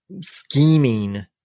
scheming